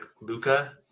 Luca